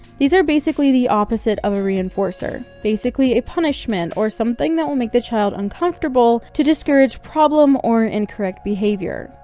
these are basically the opposite of a reinforcer. basically a punishment or something that will make the child uncomfortable to discourage problem or incorrect behavior.